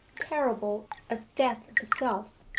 terrible as death itself.